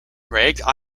ragged